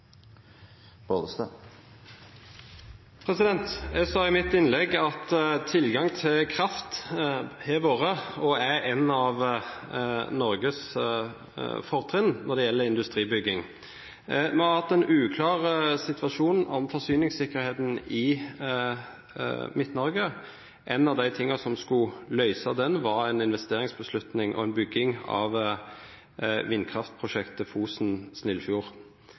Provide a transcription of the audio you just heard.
punktet. Jeg sa i mitt innlegg at tilgang til kraft har vært og er et av Norges fortrinn når det gjelder industribygging. Vi har hatt en uklar situasjon om forsyningssikkerheten i Midt-Norge. En av de tingene som skulle løse dette, var en investeringsbeslutning og en bygging av vindkraftprosjektet på Fosen og i Snillfjord.